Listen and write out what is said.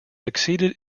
succeeded